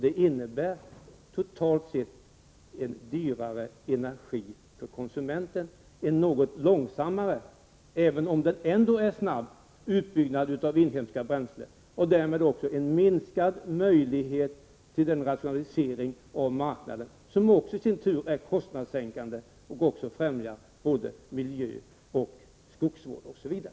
Det har totalt sett inneburit dyrare energi för konsumenten och en något långsammare utbyggnad när det gäller inhemska bränslen, även om den trots allt har varit snabb. Därmed har det också blivit sämre möjligheter till en rationalisering av marknaden, en rationalisering som i sin tur sänker kostnaderna och främjar miljö-, skogsvård m.m.